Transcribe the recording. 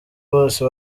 bose